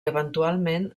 eventualment